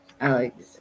alex